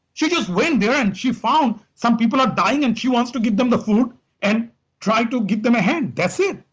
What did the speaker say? she just went there and she found some people are dying and she wants to give them the food and try to give them a hand. that's it.